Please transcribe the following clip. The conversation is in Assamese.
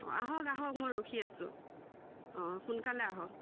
অঁ আহক আহক মই ৰখি আছোঁ অঁ সোনকালে আহক